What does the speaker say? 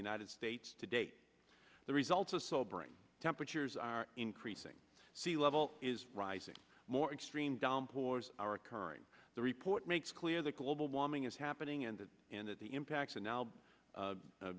states to date the results of sobering temperatures are increasing sea level is rising more extreme downpours are occurring the report makes clear that global warming is happening and that and that the impacts are now